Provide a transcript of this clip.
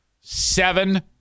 Seven